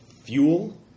fuel